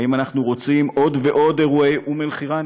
האם אנחנו רוצים עוד ועוד אירועי אום-אלחיראן?